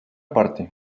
parte